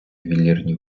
ювелірні